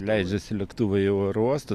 leidžiasi lėktuvai į oro uostą